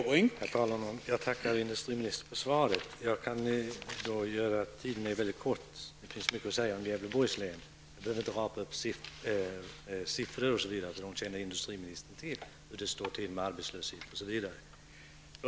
Herr talman! Jag tackar industriministern för svaret. Min taletid är mycket kort, och det finns mycket att säga om Gävleborgs län. Jag behöver därför inte rabbla upp siffror, eftersom industriministern känner till dem, eller tala om hur det förhåller sig med arbetslöshet, osv.